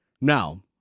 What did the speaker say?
Now